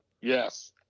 Yes